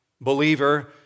believer